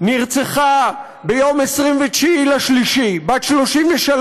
נרצחה ביום 29 במרס, בת 33,